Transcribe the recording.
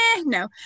no